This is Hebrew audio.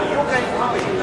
הדיוק ההיסטורי.